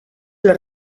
los